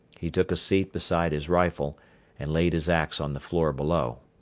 he took a seat beside his rifle and laid his ax on the floor below.